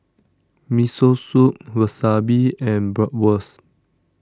Miso Soup Wasabi and Bratwurst